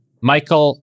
Michael